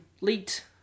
leaked